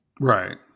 Right